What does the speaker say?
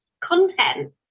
content